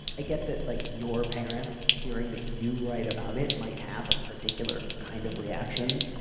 i get that. like your parents hearing that you write about, it might have a particular kind of reaction.